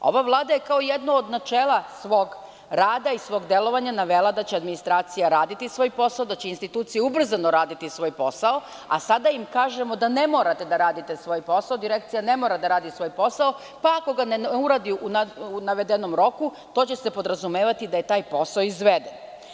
Ova Vlada je kao jedno od načela svog rada i svog delovanja navela da će administracija raditi svoj posao, da će institucije ubrzano raditi svoj posao, a sada im kažemo da ne morate da radite svoj posao, Direkcija ne mora da radi svoj posao, pa ako ga ne uradi u navedenom roku, to će se podrazumevati da je taj posao izveden.